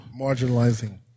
Marginalizing